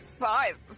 Five